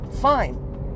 Fine